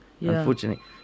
unfortunately